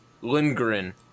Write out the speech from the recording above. Lindgren